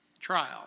trial